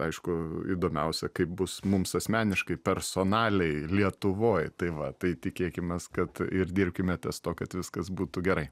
aišku įdomiausia kaip bus mums asmeniškai personaliai lietuvoj tai va tai tikėkimės kad ir dirbkime ties tuo kad viskas būtų gerai